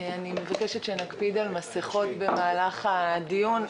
אני מבקשת שנקפיד על מסכות במהלך הדיון,